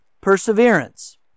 perseverance